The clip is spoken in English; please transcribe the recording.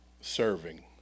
serving